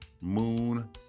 moon